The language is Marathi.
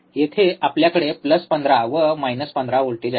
येथे आपल्याकडे प्लस 15 व मायनस 15 व्होल्टेज आहे